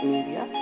Media